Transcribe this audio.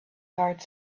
heart